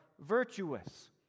virtuous